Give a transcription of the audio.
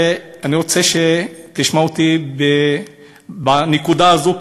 ואני רוצה שתשמע אותי בנקודה הזו,